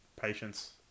patience